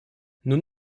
nun